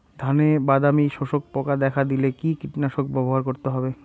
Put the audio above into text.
ধানে বাদামি শোষক পোকা দেখা দিলে কি কীটনাশক ব্যবহার করতে হবে?